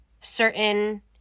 certain